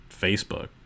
Facebook